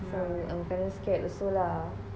for our parents scared also lah